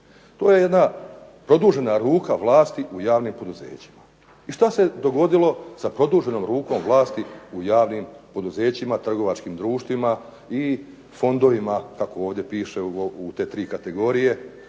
To je jedna produžena ruka vlasti u javnim poduzećima. I što se dogodilo sa produženom rukom vlasti u javnim poduzećima, trgovačkim društvima, fondovima kako ovdje piše u te tri kategorije?